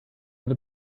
will